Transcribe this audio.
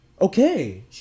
Okay